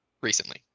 recently